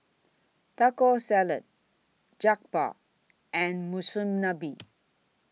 Taco Salad Jokbal and Monsunabe